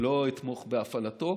לא אתמוך בהפעלתו.